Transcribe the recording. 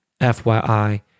FYI